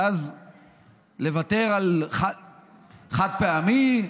ואז לוותר על חד-פעמי,